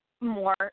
more